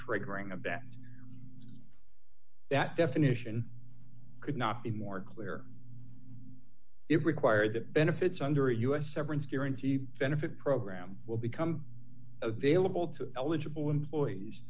triggering of that that definition could not be more clear it required the benefits under us severance guarantee benefit program will become available to eligible employees